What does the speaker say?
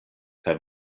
kaj